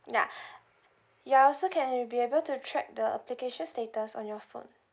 ya you're also can you'll be able to track the application status on your phone